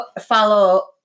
follow